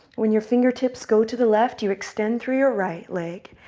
when your fingertips go to the left, you extend through your right leg,